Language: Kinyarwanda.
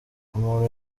umuntu